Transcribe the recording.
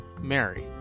Mary